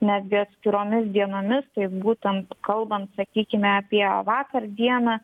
netgi atskiromis dienomis tai būtent kalbant sakykime apie vakar dieną